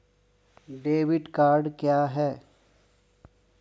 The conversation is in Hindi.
डेबिट कार्ड क्या है?